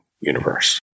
universe